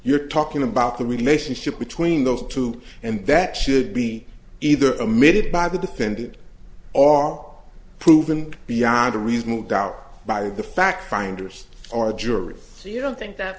you're talking about the relationship between those two and that should be either a method by the defendant are proven beyond a reasonable doubt by the fact finders are jury so you don't think that